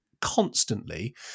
constantly